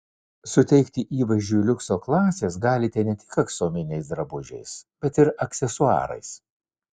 suteikti įvaizdžiui liukso klasės galite ne tik aksominiais drabužiais bet ir aksesuarais